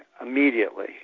immediately